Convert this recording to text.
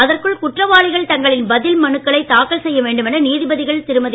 அதற்குள் குற்றவாளிகள் தங்களின் பதில் மனுக்களை தாக்கல் செய்ய வேண்டுமென நீதிபதிகள் திருமதி